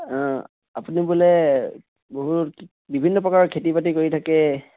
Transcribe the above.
আপুনি বোলে বহুত বিভিন্ন প্ৰকাৰৰ খেতি বাতি কৰি থাকে